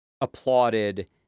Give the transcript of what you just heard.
applauded